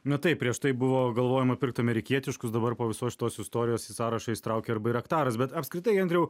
nu taip prieš tai buvo galvojama pirkt amerikietiškus dabar po visos šitos istorijos į sąrašą įsitraukia ir bairaktaras bet apskritai andriau